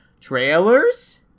Trailers